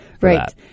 Right